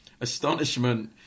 astonishment